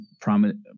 prominent